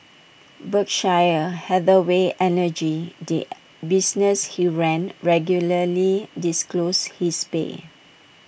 Berkshire Hathaway energy the business he ran regularly disclosed his pay